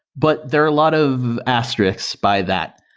but there a lot of asterisks by that.